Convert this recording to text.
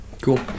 Cool